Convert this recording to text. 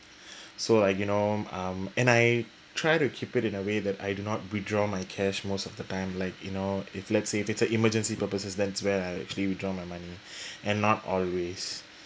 so like you know um and I try to keep it in a way that I do not withdraw my cash most of the time like you know if let's say if it's a emergency purposes that's where I actually withdraw my money and not always